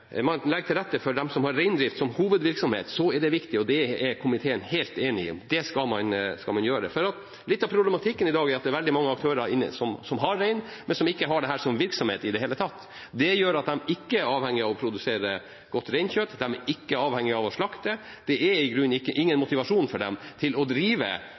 skal gjøre. Noe av problematikken i dag er at det er veldig mange aktører som har rein, men som ikke har dette som virksomhet i det hele tatt. Det gjør at de ikke er avhengig av å produsere godt reinkjøtt, de er ikke avhengig av å slakte. Det er i grunnen ingen motivasjon for dem til å drive